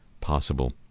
possible